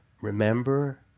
remember